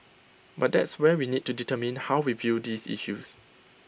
but that's where we need to determine how we view these issues